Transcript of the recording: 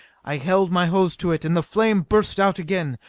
i held my hose to it, and the flame burst out again.